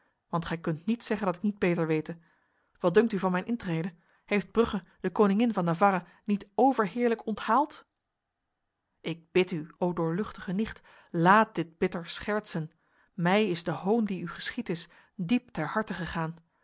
want gij kunt niets zeggen dat ik niet beter wete wat dunkt u van mijn intrede heeft brugge de koningin van navarra niet overheerlijk onthaald ik bid u o doorluchtige nicht laat dit bitter schertsen mij is de hoon die u geschied is diep ter harte gegaan